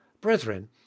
brethren